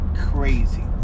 crazy